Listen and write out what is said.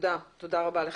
תודה רבה לך.